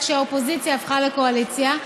רק שהאופוזיציה הפכה לקואליציה,